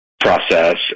process